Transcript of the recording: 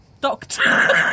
doctor